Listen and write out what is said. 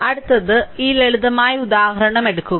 അടുത്തത് ഈ ലളിതമായ ഉദാഹരണം എടുക്കുക